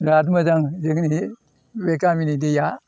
बेराद मोजां जोंनि बे गामिनि दैआ